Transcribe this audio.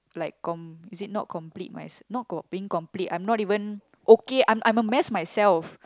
like com~ you said not complete mys~ not co~ being complete I'm not even okay I'm I'm a mess myself